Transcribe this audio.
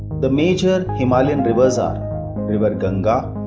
the major himalayan rivers are river but ganga,